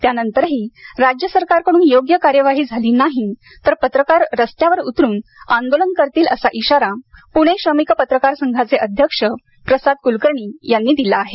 त्यानंतरही राज्य सरकारकडून योग्य कार्यवाही झाली नाही तर पत्रकार रस्त्यावर उतरून आंदोलन करतील असा इशारा पुणे श्रमिक पत्रकार संघाचे अध्यक्ष प्रसाद कुलकर्णी यांनी दिला आहे